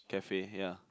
cafe ya